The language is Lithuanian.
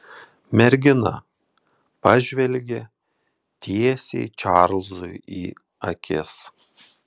mergina pažvelgė tiesiai čarlzui į akis